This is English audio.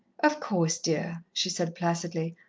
of course, dear, she said placidly.